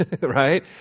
right